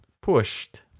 Pushed